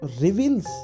reveals